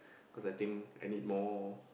cause I think I need more